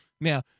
Now